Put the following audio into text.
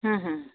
ହୁଁ ହୁଁ